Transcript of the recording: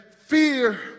fear